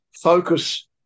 focus